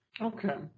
Okay